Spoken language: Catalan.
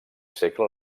segle